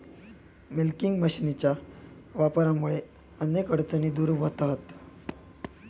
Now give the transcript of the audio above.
milking मशीनच्या वापरामुळा अनेक अडचणी दूर व्हतहत